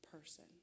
person